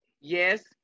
Yes